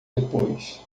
depois